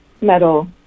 metal